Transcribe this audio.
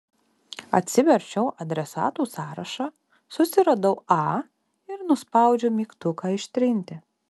atsiverčiau adresatų sąrašą susiradau a ir nuspaudžiau mygtuką ištrinti